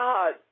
God